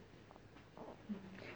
orh orh